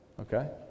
Okay